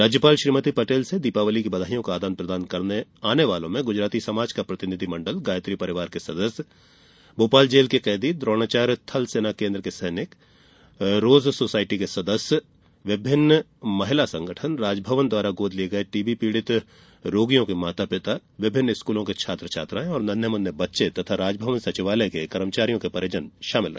राज्यपाल श्रीमती पटेल से दीपावली की बधाईयों का आदन प्रदान करने आने वालों में गुजराती समाज का प्रतिनिधि मंडल गायत्री परिवार के सदस्य भोपाल जेल के कैदी द्रोणाचार्य थल सेना केन्द्र के सैनिक रोज सोसायटी के सदस्य विभिन्न महिला संगठन राजभवन द्वारा गोद लिये गये टीबी पीड़ित रोगियों के माता पिता विभिन्न स्कूलों के छात्र छात्राएं और नन्हें मुन्ने बच्चे तथा राजभवन सचिवालय के कर्मचारियों के परिवारजन शामिल रहे